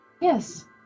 Yes